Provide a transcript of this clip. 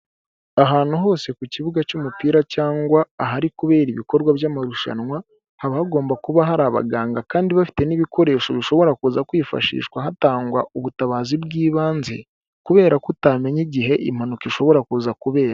Ahantu hose ku kibuga cy'umupira cyangwa ahari kubera ibikorwa by'amarushanwa, haba hagomba kuba hari abaganga kandi bafite n'ibikoresho bishobora kuza kwifashishwa hatangwa ubutabazi bw'ibanze kubera ko utamenya igihe impanuka ishobora kuza kubera.